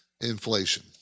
inflation